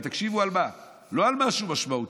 תקשיבו על מה, לא על משהו משמעותי.